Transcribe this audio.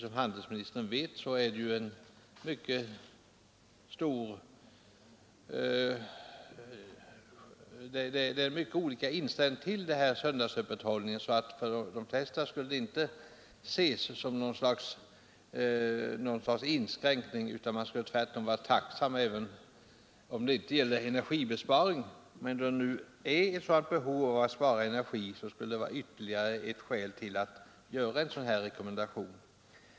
Som handelsministern vet förekommer det mycket skiftande inställningar till söndagsöppethållningen. De flesta skulle inte se ett förbud häremot som något slags inskränkning utan skulle tvärtom vara tacksamma för detta även om det inte genomfördes i energibesparande syfte. Att det nu föreligger ett behov av att spara energi är emellertid ytterligare ett skäl till att göra en sådan rekommendation.